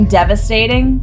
devastating